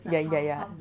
ya ya ya